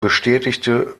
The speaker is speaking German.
bestätigte